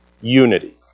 Unity